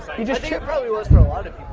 think it probably was for a lot of